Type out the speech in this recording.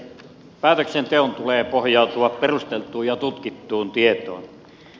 päätöksenteon tulee pohjautua perusteltuun ja tutkittuun tietoon